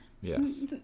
Yes